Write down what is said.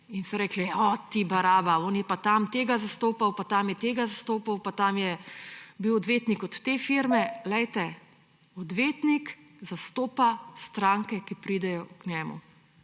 so, o ti baraba, on je pa tam tega zastopal, pa tam je tega zastopal, pa tam je bil odvetnik od te firme. Glejte, odvetnik zastopa stranke, ki pridejo k njemu,